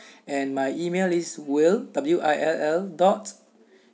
and my email is will W I L L dot